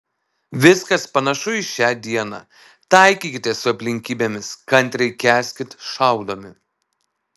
viskas panašu į šią dieną taikykitės su aplinkybėmis kantriai kęskit šaudomi